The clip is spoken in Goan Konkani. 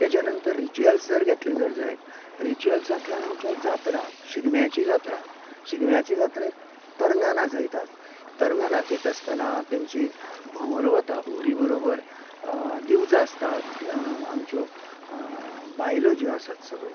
तेज्या नंतर रिचूअल्स जर घेतले जायत रिचूअल्सातल्यान आमच्यो जात्रा शिगम्याची जात्रा शिगम्याचे जात्रेक तरंगां नाचयतात तरंगां नाचयता आसतना तेंची भोंवरो वता भोंवरी बरोबर दिवजा आसतात आमच्यो बायलो ज्यो आसात सगळ्यो